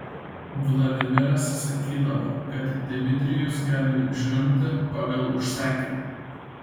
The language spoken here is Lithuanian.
vladimiras sakydavo kad dmitrijus gali žliumbti pagal užsakymą